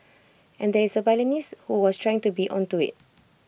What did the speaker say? and there is the violinist who was trying to be onto IT